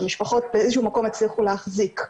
המשפחות באיזשהו מקום הצליחו להחזיק.